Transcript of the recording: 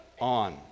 on